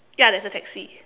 ya there's a taxi